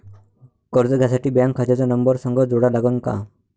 कर्ज घ्यासाठी बँक खात्याचा नंबर संग जोडा लागन का?